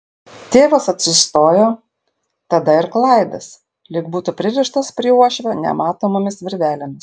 tėvas atsistojo tada ir klaidas lyg būtų pririštas prie uošvio nematomomis virvelėmis